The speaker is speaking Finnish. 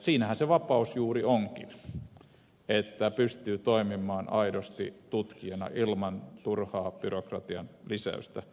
siinähän se vapaus juuri onkin että pystyy toimimaan aidosti tutkijana ilman turhaa byrokratian lisäystä